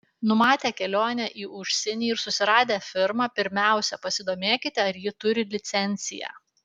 numatę kelionę į užsienį ir susiradę firmą pirmiausia pasidomėkite ar ji turi licenciją